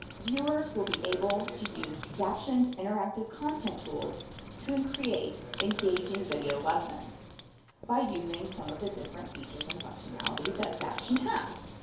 viewers will be able to use zaption's interactive content tools to and create engaging video lessons by using some of the different features and functionality that zaption has.